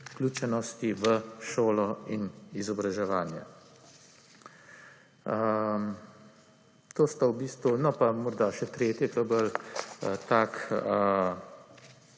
vključenosti v šolo in izobraževanje. To sta v bistvu, no, pa morda še tretje, to je bolj tak